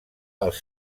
els